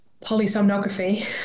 polysomnography